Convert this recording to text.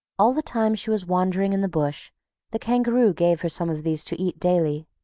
all the time she was wandering in the bush the kangaroo gave her some of these to eat daily,